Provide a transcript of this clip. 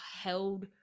held